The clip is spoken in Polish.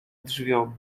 drzwiom